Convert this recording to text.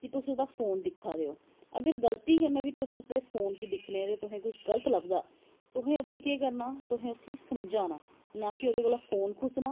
कि तुस ओह्दा फोन दिक्खा दे हो अगर गल्ती कन्नैं बी तुस उसदे फोन गी दिक्खनें ते तुसेंगी कुश गल्त लब्भदा तुसें उत्थें केह् करनां तुसें उसी समझाना ना कि ओह्दे कोला दा फोन खुस्सना